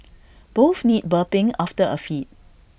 both need burping after A feed